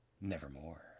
Nevermore